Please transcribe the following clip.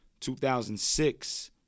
2006